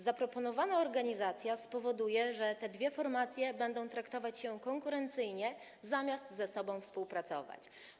Zaproponowana organizacja spowoduje, że te dwie formacje będą traktować się jako konkurencyjne zamiast ze sobą współpracować.